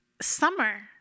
summer